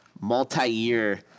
multi-year